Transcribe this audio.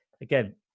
again